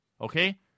Okay